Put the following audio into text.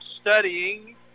studying